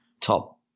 top